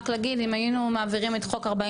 רק להגיד אם היינו מעבירים את חוק 40